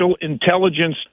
intelligence